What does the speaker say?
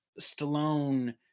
stallone